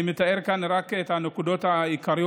אני מתאר כאן רק את הנקודות העיקריות,